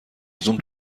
زوم